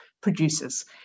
producers